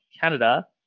Canada